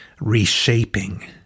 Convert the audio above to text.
reshaping